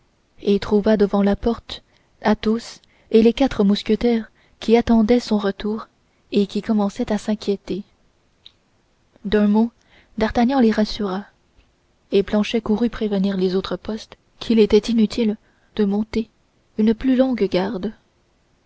et trouva devant la porte athos et les quatre mousquetaires qui attendaient son retour et qui commençaient à s'inquiéter d'un mot d'artagnan les rassura et planchet courut prévenir les autres postes qu'il était inutile de monter une plus longue garde